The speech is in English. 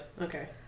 Okay